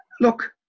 Look